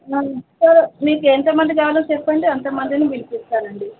ఇస్త మీకు ఎంతమంది కావాలో చెప్పండి అంతమందిని పిలిపిస్తానండి